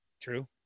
true